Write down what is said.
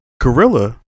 Gorilla